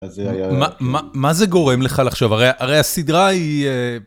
מה מה מה זה גורם לך לחשוב, הרי הרי הסדרה היא...